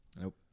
Nope